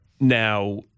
Now